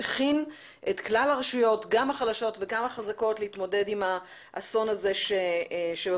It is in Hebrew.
מכין את כלל הרשויות גם החלשות וגם החזקות להתמודד עם האסון הזה שבפתח.